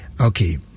Okay